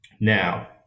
Now